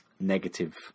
negative